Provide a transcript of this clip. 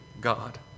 God